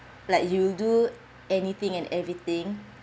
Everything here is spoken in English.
like you do anything and everything